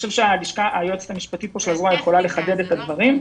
היועצת המשפטית יכולה לחדד את הדברים.